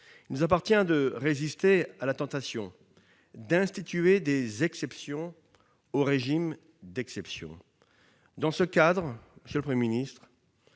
Il nous appartient de résister à la tentation d'instituer des exceptions aux régimes d'exception. Dans ce cadre, monsieur le Premier ministre,